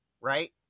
right